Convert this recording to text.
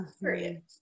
period